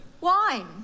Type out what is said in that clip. wine